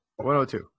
102